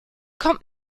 kommt